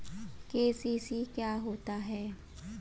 KCC क्या होता है?